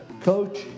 coach